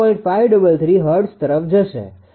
533 hertz તરફ જશે